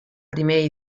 primer